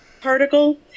Particle